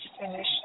finish